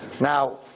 Now